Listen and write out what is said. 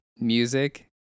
music